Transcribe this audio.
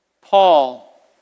Paul